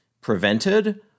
prevented